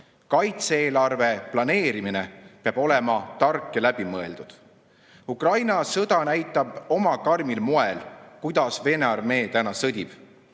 Kaitse-eelarve planeerimine peab olema tark ja läbimõeldud. Ukraina sõda näitab oma karmil moel, kuidas Vene armee sõdib.